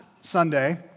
Sunday